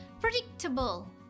predictable